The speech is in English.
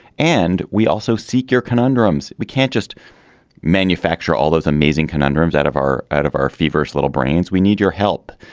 and we also seek your conundrums. we can't just manufacture all those amazing conundrums out of our out of our feverish little brains. we need your help.